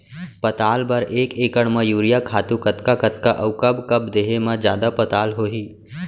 पताल बर एक एकड़ म यूरिया खातू कतका कतका अऊ कब कब देहे म जादा पताल होही?